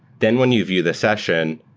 then when you view the session,